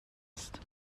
است